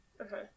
Okay